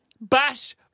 bash